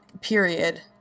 period